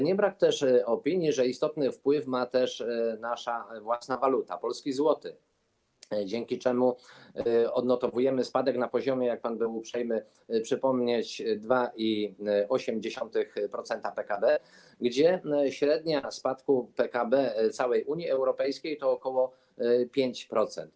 Nie brakuje też opinii, że istotny wpływ ma również nasza własna waluta, polski złoty, dzięki czemu odnotowujemy spadek na poziomie, jak pan był uprzejmy przypomnieć, 2,8% PKB, gdy średnia spadku PKB całej Unii Europejskiej to ok. 5%.